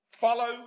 follow